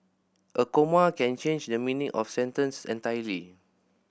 a comma can change the meaning of a sentence entirely